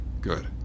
Good